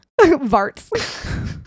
varts